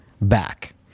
back